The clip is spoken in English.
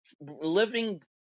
living